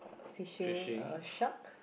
fishing a shark